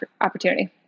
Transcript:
opportunity